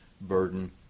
burden